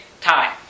time